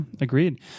agreed